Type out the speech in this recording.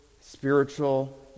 spiritual